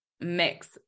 mix